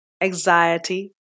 anxiety